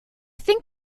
think